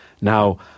Now